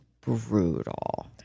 brutal